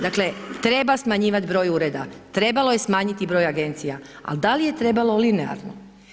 Dakle, treba smanjivati broj ureda, trebalo je smanjiti broj agencija, ali da li je trebalo linearno?